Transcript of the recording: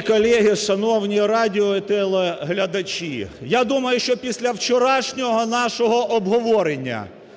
колеги! Шановні радіо- і телеглядачі! Я думаю, що після вчорашнього нашого обговорення